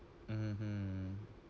mmhmm